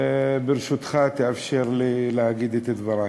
וברשותך, תאפשר לי להגיד את דברי.